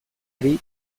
ari